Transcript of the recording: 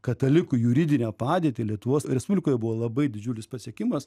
katalikų juridinę padėtį lietuvos respublikoje buvo labai didžiulis pasiekimas